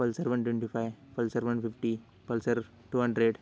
Pulsar one twenty five Pulsar one fifty Pulsar two hundred